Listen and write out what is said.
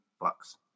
bucks